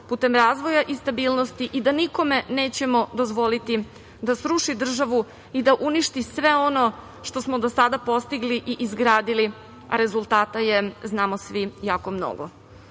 putem razvoja i stabilnosti i da nikome nećemo dozvoliti da sruši državu i da uništi sve ono što smo dosada postigli i izgradili, a rezultata je, znamo svi jako mnogo.